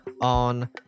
on